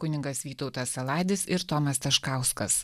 kunigas vytautas saladis ir tomas taškauskas